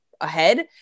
ahead